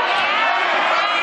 שלא מוקמים סתם על ידי